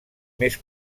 més